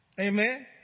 Amen